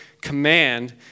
command